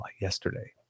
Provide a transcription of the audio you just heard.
yesterday